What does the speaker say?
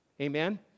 Amen